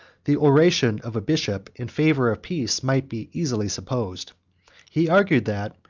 the oration of a bishop in favor of peace may be easily supposed he argued, that,